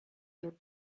your